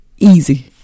easy